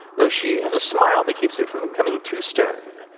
though she has a smile that keeps it from becoming too stern.